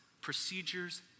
procedures